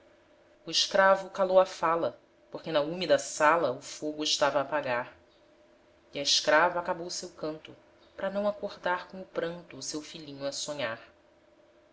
o escravo calou a fala porque na úmida sala o fogo estava a apagar e a escrava acabou seu canto pra não acordar com o pranto o seu filhinho a sonhar